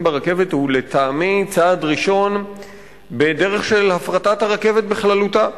ברכבת הוא לטעמי צעד ראשון בדרך להפרטת הרכבת בכללותה.